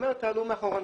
ואומר: תעלו מאחורה.